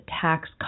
tax